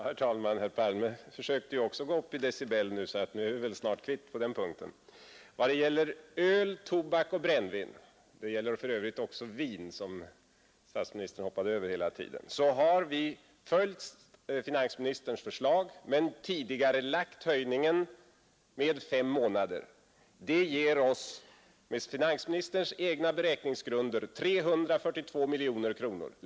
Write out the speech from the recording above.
Herr talman! Herr Palme försökte också gå upp i decibel, så vi är väl nu kvitt på den punkten. Vad gäller öl, tobak och brännvin — för övrigt också vin, som statsministern hoppade över hela tiden — har vi följt finansministerns förslag men tidigarelagt höjningen med fem månader. Det ger oss med finansministerns egna beräkningsgrunder 342 miljoner kronor.